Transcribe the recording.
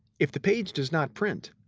if the page does not print,